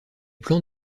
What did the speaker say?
plans